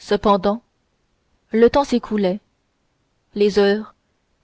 cependant le temps s'écoulait les heures